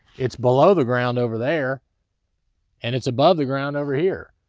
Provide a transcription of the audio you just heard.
it's below the ground over there and it's above the ground over here.